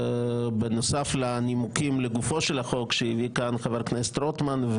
בנוסף לנימוקים לגופו של החוק שהביא כאן חבר כנסת רוטמן,